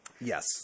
Yes